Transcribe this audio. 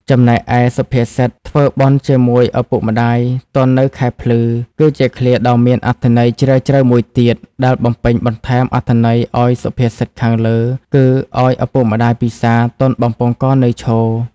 ចំណែកឯ សុភាសិត ធ្វើបុណ្យជាមួយឪពុកម្តាយទាន់នៅខែភ្លឺ គឺជាឃ្លាដ៏មានអត្ថន័យជ្រាលជ្រៅមួយទៀត ដែលបំពេញបន្ថែមអត្ថន័យអោយសុភាសិតខាងលើគឺ ឲ្យឪពុកម្តាយពិសារ ទាន់បំពង់ករនៅឈរ។